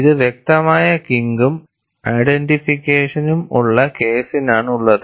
ഇത് വ്യക്തമായ കിങ്കും ഐഡന്റിഫിക്കേഷനും ഉള്ള കേസിനാണുള്ളത്